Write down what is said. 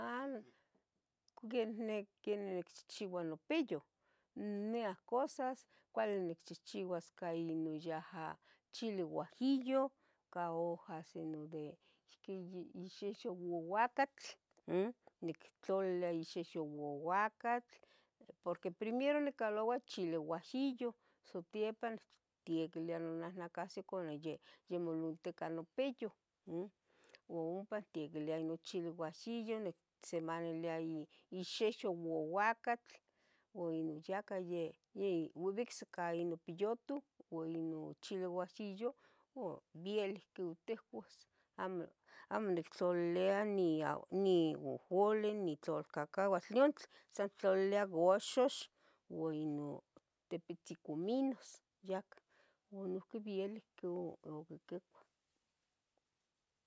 Ha, quenih, quenih nicchichiua nopiyu, miaca cosas, cuali nicchihciuas ica ino yaha chile huajillo, cah hojas ino de xiqui yeh xixiu uauacatl, uhm, nictlalilia xixiu uauacatl, porque primero nicaloua chile huajillo, satiepan nictiequilia nonahnacasyoh icuac yamolontica nopiyu, uhm, ua ompa nicteuqilia ino chile, nicsemanilia ixiuyo uauacatl, ua ino yacah yeh yeh obicsica ino piyutoh, ua ino chiole huajillo, ua ¡bielic que ticuas! amo nic tlalilia ni a, ni jojolin, ni tlalcacahuatl, dion tlen, san tlalilia guaxax, ua ino tipitzin cominos yacah, ua noiqui bielic queu oquiquicuah.